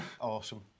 awesome